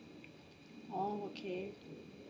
oh okay